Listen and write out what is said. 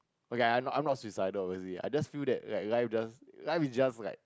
okay I'm not I'm not suicidal you see I just feel that like life just life is just for like